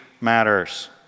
matters